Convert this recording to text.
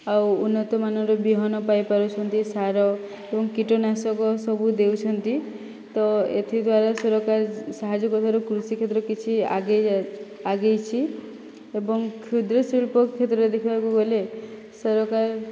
ଆଉ ଉନ୍ନତମାନର ବିହନ ପାଇ ପାରୁଛନ୍ତି ସାର ଏବଂ କୀଟନାଶକ ସବୁ ଦେଉଛନ୍ତି ତ ଏଥିଦ୍ଵାରା ସରକାର ସାହାଯ୍ୟ କରିବାରୁ କୃଷି କ୍ଷେତ୍ରରେ କିଛି ଆଗେଇ ଆଗେଇଛି ଏବଂ କ୍ଷୁଦ୍ର ଶିଳ୍ପ କ୍ଷୁଦ୍ର ଦେଖିବାକୁ ଗଲେ ସରକାର